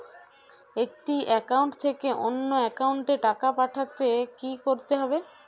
একটি একাউন্ট থেকে অন্য একাউন্টে টাকা পাঠাতে কি করতে হবে?